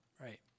Right